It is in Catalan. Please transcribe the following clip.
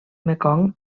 mekong